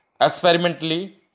experimentally